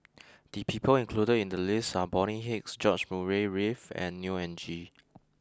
the people included in the list are Bonny Hicks George Murray Reith and Neo Anngee